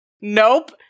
nope